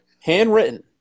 Handwritten